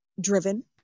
driven